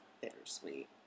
bittersweet